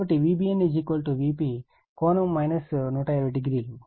కాబట్టి Vbn Vp ∠ 1200